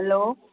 hello